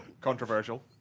controversial